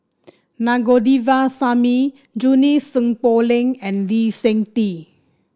Na Govindasamy Junie Sng Poh Leng and Lee Seng Tee